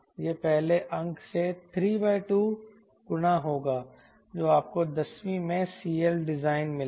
यह पहले अंक से 32 गुणा होगा जो आपको दसवीं में CL डिजाइन मिलेगा